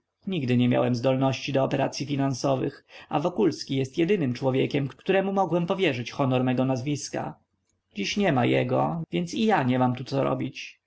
nigdy nie miałem zdolności do operacyj handlowych a wokulski jest jedynym człowiekiem któremu mogłem powierzyć honor mego nazwiska dziś niema jego więc i ja nie mam tu co robić